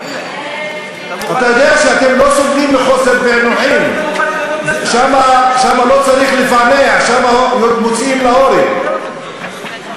זה מוטל לפתח המשטרה ולפתחך.